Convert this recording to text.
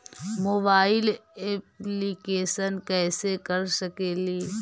Mobile application कैसे कर सकेली?